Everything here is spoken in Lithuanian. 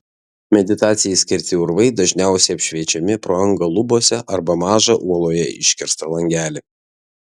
meditacijai skirti urvai dažniausiai apšviečiami pro angą lubose arba mažą uoloje iškirstą langelį